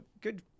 good